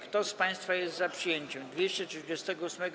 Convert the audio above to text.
Kto z państwa jest za przyjęciem 238.